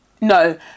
No